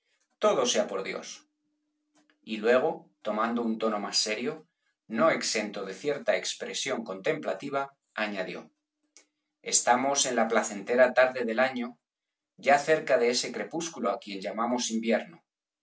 todo sea por dios y luego tomando un tono más serio no exento de cierta expresión contemplativa añadió estamos en la placentera tarde del año ya cerca de ese crepúspulo á quien llamamos invierno